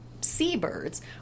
seabirds